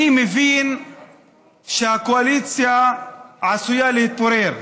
אני מבין שהקואליציה עשויה להתפורר,